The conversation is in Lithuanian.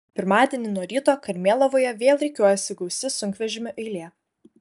pirmadienį nuo ryto karmėlavoje vėl rikiuojasi gausi sunkvežimių eilė